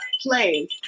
play